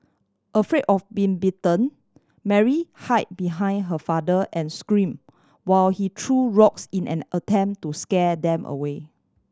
afraid of been bitten Mary hid behind her father and scream while he threw rocks in an attempt to scare them away